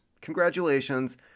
Congratulations